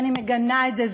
ואני מגנה את זה,